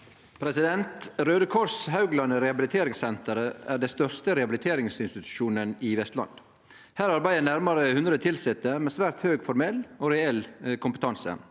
Røde Kors Haugland Re- habiliteringssenter er den største rehabiliteringsinstitusjonen i Vestland. Her arbeider nærmare 100 tilsette, med svært høg formell og reell kompetanse.